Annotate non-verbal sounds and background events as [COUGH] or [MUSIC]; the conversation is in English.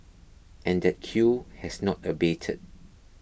[NOISE] and that queue has not abated